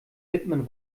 widmen